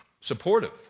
supportive